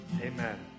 Amen